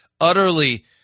utterly